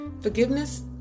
forgiveness